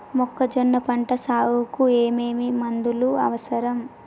మొక్కజొన్న పంట సాగుకు ఏమేమి మందులు అవసరం?